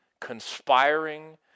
conspiring